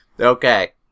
Okay